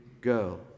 girl